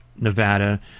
Nevada